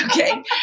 Okay